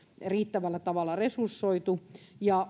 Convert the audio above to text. riittävällä tavalla resursoitu ja